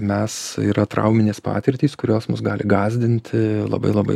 mes yra trauminės patirtys kurios mus gali gąsdinti labai labai